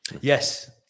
Yes